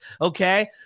okay